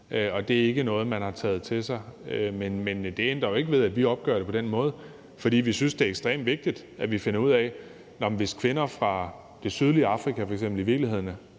Og det er ikke noget, man har taget til sig, men det ændrer jo ikke ved, at vi opgør det på den måde, fordi vi synes, det er ekstremt vigtigt, at vi finder ud af, at hvis f.eks. kvinder fra det sydlige Afrika i virkeligheden har